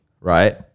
right